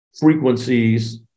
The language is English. frequencies